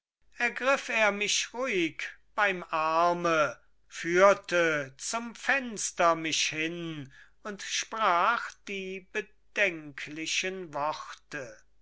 ergriff er mich ruhig beim arme führte zum fenster mich hin und sprach die bedenklichen worte